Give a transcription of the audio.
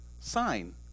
sign